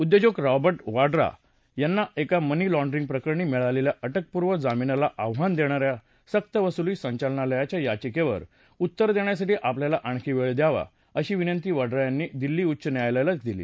उद्योजक रॉबर्ट वड्रा यांना एका मनी लॉड्रिंगप्रकरणी मिळालेल्या अटकपूर्व जामीनाला आव्हान देणा या सक्तवसुली संचालनालयाच्या याचिकेवर उत्तर देण्यासाठी आपल्याला आणखी वेळ द्यावा अशी विनंती वड्रा यांनी दिल्ली उच्च न्यायालयाला दिली